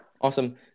Awesome